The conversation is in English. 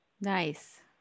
Nice